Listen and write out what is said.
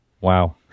Wow